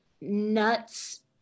nuts